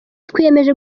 twiyemeje